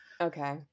Okay